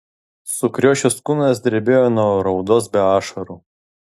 sukriošęs kūnas drebėjo nuo raudos be ašarų